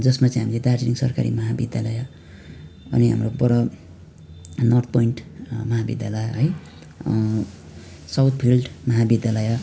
जसमा चाहिँ हामीले दार्जिलिङ सरकारी महाविद्यालय अनि हाम्रो पर नर्थ पोइन्ट महाविद्यालय है साउथ फिल्ड महाविद्यालय